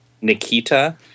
Nikita